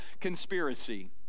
conspiracy